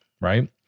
right